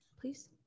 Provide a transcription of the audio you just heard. Please